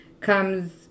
comes